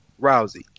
Rousey